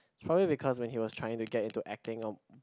probably because when he was trying to get into acting